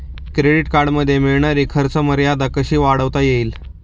Credit कार्डमध्ये मिळणारी खर्च मर्यादा कशी वाढवता येईल?